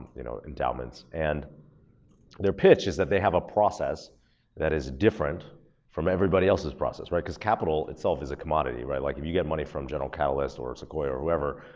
you know, endowments. and their pitch is that they have a process that is different from everybody else's process, right, cause capital itself is a commodity, right. like if you get money from general catalyst or sequoia or whoever,